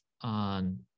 on